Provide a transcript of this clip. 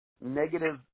negative